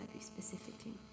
specifically